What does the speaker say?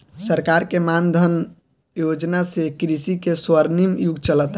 सरकार के मान धन योजना से कृषि के स्वर्णिम युग चलता